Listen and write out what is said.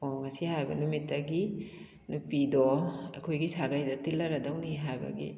ꯉꯁꯤ ꯍꯥꯏꯕ ꯅꯨꯃꯤꯠꯇꯒꯤ ꯅꯨꯄꯤꯗꯣ ꯑꯩꯈꯣꯏꯒꯤ ꯁꯥꯒꯩꯗ ꯇꯤꯜꯂꯔꯗꯧꯅꯤ ꯍꯥꯏꯕꯒꯤ